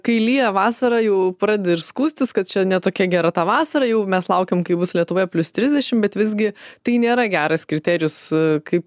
kai lyja vasarą jau pradedi ir skųstis kad čia ne tokia gera ta vasara jau mes laukiam kaip bus lietuvoje plius trisdešim bet visgi tai nėra geras kriterijus kaip